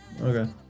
Okay